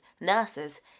nurses